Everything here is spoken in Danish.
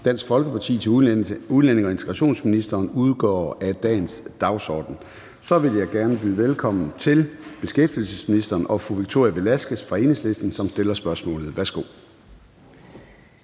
(DF) til udlændinge- og integrationsministeren udgår af dagens dagsorden. Så vil jeg gerne byde velkommen til beskæftigelsesministeren og fru Victoria Velasquez fra Enhedslisten, som stiller spørgsmålet. Kl.